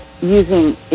using